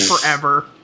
forever